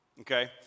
okay